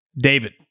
David